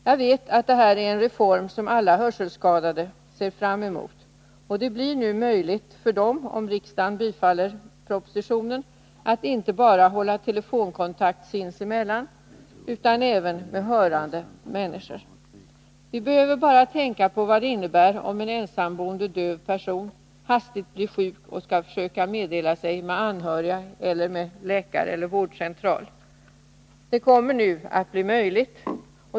Jag vet att det här är en reform som alla hörselskadade ser fram emot. Det blir nu möjligt för dem, om riksdagen bifaller propositionen, att hålla telefonkontakt inte bara sinsemellan utan även med hörande människor. Vi behöver bara tänka på vad det innebär om en ensamboende döv person hastigt blir sjuk och skall försöka meddela sig med anhöriga, med läkare eller med vårdcentralen. Det kommer nu att bli möjligt.